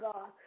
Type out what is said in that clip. God